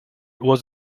was